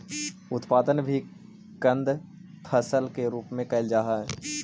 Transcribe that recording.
उत्पादन भी कंद फसल के रूप में कैल जा हइ